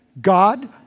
God